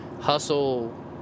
hustle